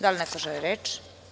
Da li neko želi reč?